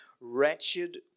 wretched